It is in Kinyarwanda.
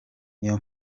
niyo